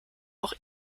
auch